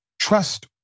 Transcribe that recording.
trust